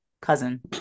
cousin